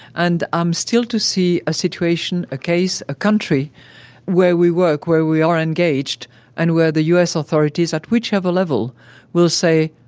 and i'm still to see a situation, a case, a country where we work, where we are engaged and where the u s. authorities at whichever level will say,